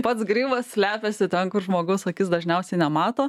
pats grybas slepiasi ten kur žmogaus akis dažniausiai nemato